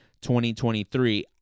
2023